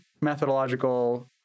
methodological